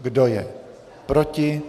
Kdo je proti?